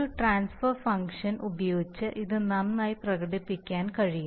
ഒരു transfer function ഉപയോഗിച്ച് ഇത് നന്നായി പ്രകടിപ്പിക്കാൻ കഴിയും